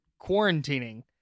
quarantining